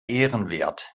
ehrenwert